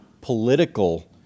political